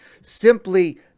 simply